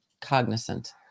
cognizant